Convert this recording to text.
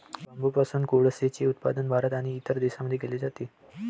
बांबूपासून कोळसेचे उत्पादन भारत आणि इतर देशांमध्ये केले जाते